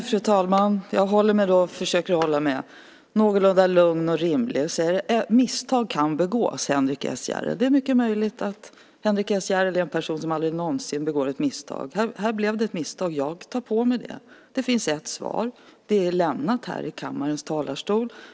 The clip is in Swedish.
Fru talman! Jag försöker hålla mig någorlunda lugn och rimlig. Misstag kan begås, Henrik S Järrel. Det är mycket möjligt att Henrik S Järrel är en person som aldrig någonsin begår ett misstag. Här blev det ett misstag. Jag tar på mig det. Det finns ett svar. Det är lämnat här i kammarens talarstol.